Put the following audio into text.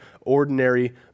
ordinary